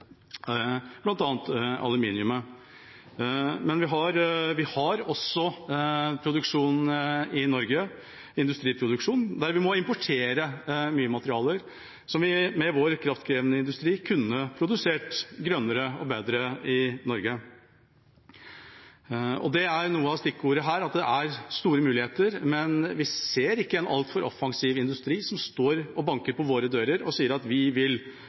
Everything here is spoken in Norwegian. viktige aluminiumet. Men vi har også industriproduksjon i Norge der vi må importere mye materialer, som vi med vår kraftkrevende industri kunne produsert grønnere og bedre i Norge. At det er store muligheter, er et stikkord her. Men vi ser ikke en altfor offensiv industri stå og banke på våre dører og si at de vil